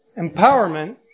empowerment